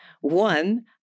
One